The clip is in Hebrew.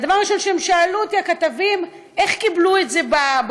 והדבר הראשון ששאלו אותי הכתבים היה: איך קיבלו את זה בכנסת,